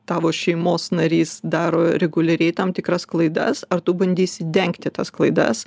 tavo šeimos narys daro reguliariai tam tikras klaidas ar tu bandysi dengti tas klaidas